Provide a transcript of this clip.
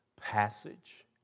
passage